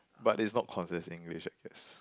but it's not considered as English I guess